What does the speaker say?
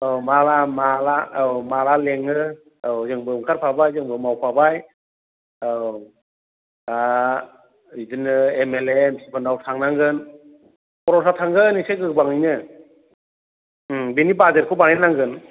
औ माब्ला मा माब्ला औ माब्ला लेङो औ जोंबो ओंखारफाबाय जोंबो मावफाबाय औ दा बेदिनो एमएलए एमपिफोरनाव थांनांगोन खरसा थांगोन एसे गोबाङैनो उम बेनि बाजेटखौ बानायनांगोन